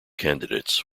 candidates